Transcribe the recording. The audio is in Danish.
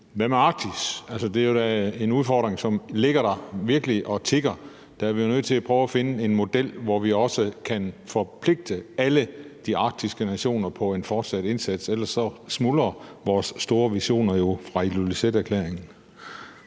hvad med Arktis? Det er jo en udfordring, som ligger der og virkelig tikker. Der er vi jo nødt til at prøve at finde en model, hvor vi også kan forpligte alle de arktiske nationer på en fortsat indsats, for ellers smuldrer vores store visioner fra Ilulissaterklæringen